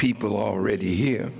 people already here